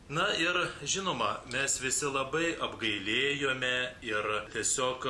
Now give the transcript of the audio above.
na ir žinoma mes visi labai apgailėjome ir tiesiog